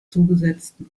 zugesetzten